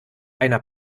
einer